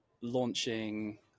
launching